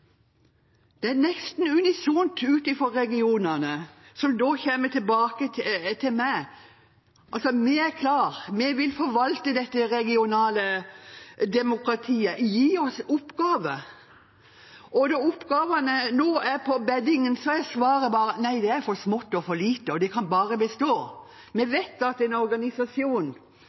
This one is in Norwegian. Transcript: Det kommer nesten unisont fra regionene som kommer til meg: Vi er klare, vi vil forvalte dette regionale demokratiet. Gi oss oppgaver. Men når oppgavene nå er på beddingen, er svaret bare: Nei, det er for smått og for lite, det kan bare bestå. Vi vet at en organisasjon